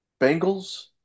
Bengals